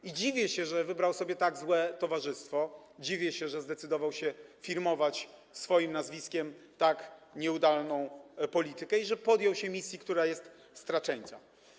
I dziwię się, że wybrał sobie tak złe towarzystwo, dziwię się, że zdecydował się firmować swoim nazwiskiem tak nieudolną politykę i podjął się misji, która jest straceńcza.